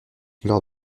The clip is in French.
lors